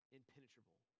impenetrable